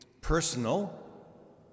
personal